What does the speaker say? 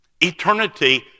Eternity